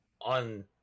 on